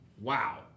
Wow